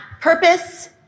purpose